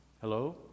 Hello